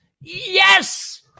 yes